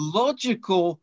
logical